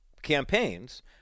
campaigns